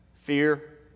fear